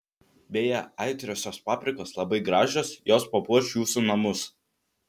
beje aitriosios paprikos labai gražios jos papuoš jūsų namus